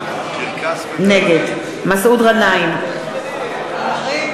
נגד יצחק אהרונוביץ,